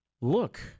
look